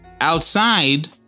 outside